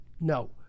No